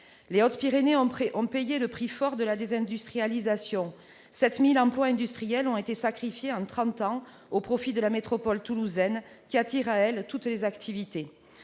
Les Hautes-Pyrénées ont payé le prix fort de la désindustrialisation : 7 000 emplois industriels ont été sacrifiés en trente ans au profit de la métropole toulousaine, qui attire à elle toutes les activités.